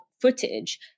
footage